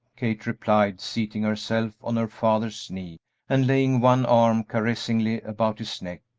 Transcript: kate replied, seating herself on her father's knee and laying one arm caressingly about his neck,